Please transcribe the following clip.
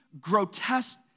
grotesque